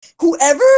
Whoever